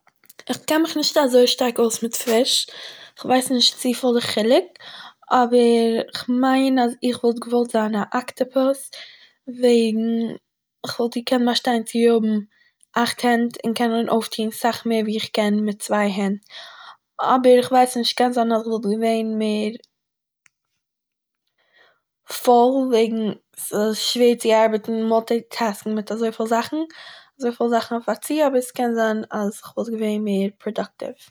איך קען מיך נישט אזוי שטארק אויס מיט פיש, איך ווייס נישט צופיל די חילוק, אבער כ'מיין אז איך וואלט געוואלט זיין א אקטעפוס וועגן כ'וואלט געקענט באשטיין צו האבן אכט הענט און קענען אויפטוהן אסאך מער ווי איך קען מיט צוויי הענט. אבער איך ווייס נישט, קען זיין איך וואלט געווען מער פויל וועגן ס'שווער צו ארבעטן מאלטיטעסקן מיט אזויפיל זאכן, אזויפיל זאכן אויף א צי אבער עס קען זיין אז איך וואלט געווען מער פראדוקטיוו